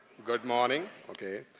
good morning. okay.